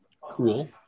cool